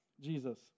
Jesus